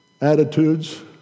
attitudes